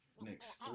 Next